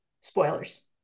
Spoilers